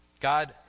God